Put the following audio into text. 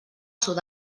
sud